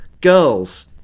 girls